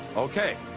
okay.